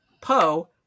Poe